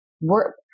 work